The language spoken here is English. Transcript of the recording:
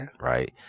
Right